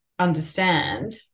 understand